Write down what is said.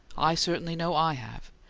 i certainly know i have.